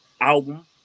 album